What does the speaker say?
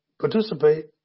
participate